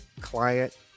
client